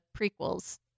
prequels